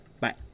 bye